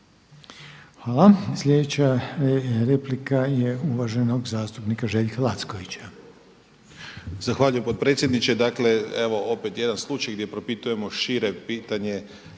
Hvala. Slijedeća replika je uvaženog zastupnika Željka Lackovića. **Lacković, Željko (Nezavisni)** Zahvaljujem potpredsjedniče. Dakle evo opet jedan slučaj gdje propitujemo šire pitanje